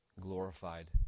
glorified